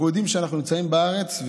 אנחנו יודעים שאנחנו נמצאים בארץ,